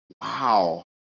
Wow